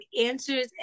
answers